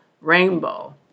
rainbow